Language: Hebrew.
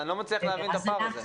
אני לא מצליח להבין את הפער הזה.